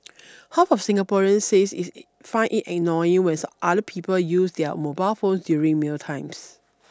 half of Singaporeans says it find it annoying when other people use their mobile phones during mealtimes